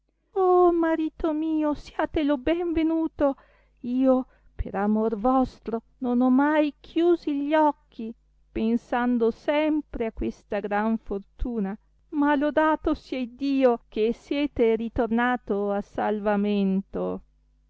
o marito mio siate lo ben venuto io per amor vostro non ho mai chiusi gli occhi pensando sempre a questa gran fortuna ma lodato sia iddio che siete ritornato a salvamento